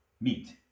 meet